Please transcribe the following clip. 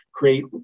create